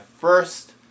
first